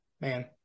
man